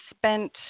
spent